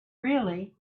really